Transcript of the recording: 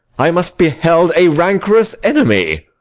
i must be held a rancorous enemy.